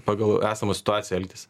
pagal esamą situaciją elgtis